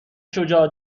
شجاع